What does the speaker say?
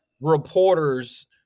reporters –